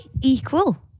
equal